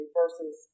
versus